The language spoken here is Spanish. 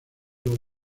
los